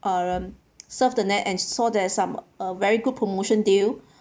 um surf the net and saw there's some uh very good promotion deal